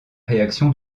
réaction